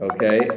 Okay